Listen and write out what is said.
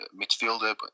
midfielder